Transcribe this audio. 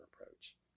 approach